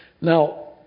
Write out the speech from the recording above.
Now